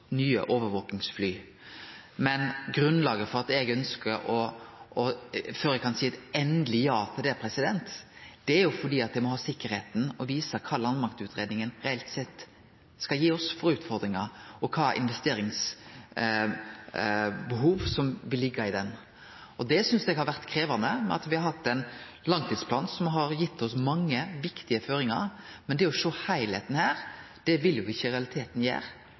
nye overvakingsfly, men før eg kan seie eit endeleg ja til det, må eg vere sikker på å kunne vise kva landmaktutgreiinga reelt sett vil gi oss av utfordringar, og kva investeringsbehov som vil liggje i ho. Eg synest det har vore krevjande at me har hatt ein langtidsplan som har gitt oss mange viktige føringar, men å sjå heilskapen for Forsvaret her vil me i realiteten ikkje gjere før me òg får landmaktutgreiinga. Det har vore ei utfordring. Me har vore ærlege på at me må sjå